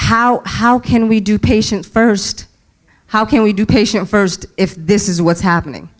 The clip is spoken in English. how how can we do patient st how can we do patient st if this is what's happening